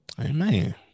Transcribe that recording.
Amen